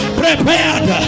prepared